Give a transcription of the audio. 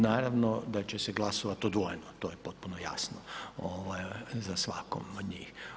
Naravno da će se glasovat odvojeno to je potpuno jasno za svakog od njih.